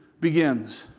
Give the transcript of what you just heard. begins